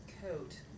coat